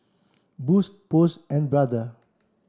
Boost Post and Brother